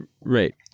Right